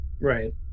Right